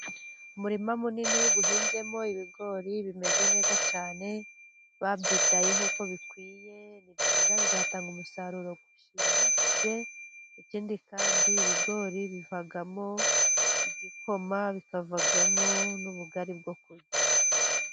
Umurima munini uhinzemo ibigori bimeze neza cyane, babyitayeho uko bikwiye nibyera bizatanga umusaruro ushimishije, ikindi kandi ibigori bivamo igikoma, bikavamo n'ubugari bwo kurya.